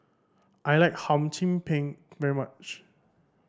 I like Hum Chim Peng very much